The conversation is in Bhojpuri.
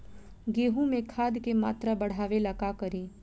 गेहूं में खाद के मात्रा बढ़ावेला का करी?